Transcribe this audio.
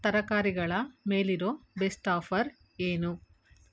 ತರಕಾರಿಗಳ ಮೇಲಿರೋ best offer ಏನು